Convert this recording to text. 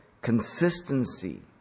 Consistency